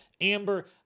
Amber